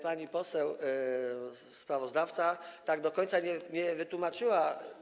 Pani poseł sprawozdawca tak do końca nie wytłumaczyła.